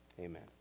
amen